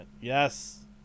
Yes